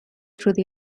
through